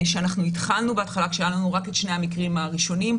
התחלנו כשהיו לנו רק שני המקרים הראשונים,